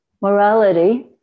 morality